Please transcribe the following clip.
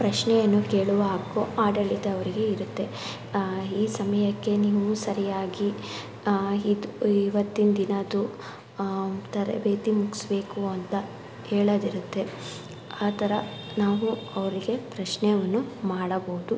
ಪ್ರಶ್ನೆಯನ್ನು ಕೇಳುವ ಹಕ್ಕು ಆಡಳಿತ ಅವರಿಗೆ ಇರುತ್ತೆ ಈ ಸಮಯಕ್ಕೆ ನೀವು ಸರಿಯಾಗಿ ಇದು ಇವತ್ತಿನ ದಿನದ್ದು ತರಬೇತಿ ಮುಗಿಸ್ಬೇಕು ಅಂತ ಹೇಳೋದು ಇರುತ್ತೆ ಆ ಥರ ನಾವು ಅವರಿಗೆ ಪ್ರಶ್ನೆಯನ್ನು ಮಾಡಬಹುದು